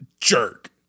jerk